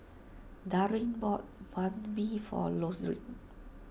Darin bought Banh Mi for Losreen